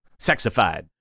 sexified